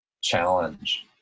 challenge